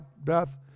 Beth